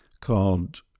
called